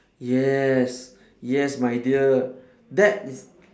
yes yes my dear that is